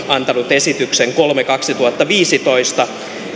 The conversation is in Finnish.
esityksen kolme kautta kaksituhattaviisitoista